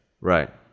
Right